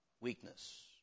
weakness